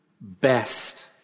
best